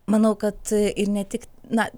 manau kad ir ne tik na